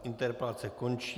Interpelace končí.